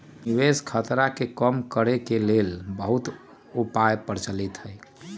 निवेश खतरा के कम करेके के लेल बहुते उपाय प्रचलित हइ